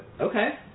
Okay